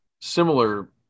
similar